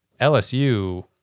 LSU